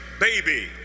baby